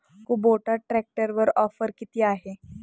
Kubota ट्रॅक्टरवर offer किती आहे?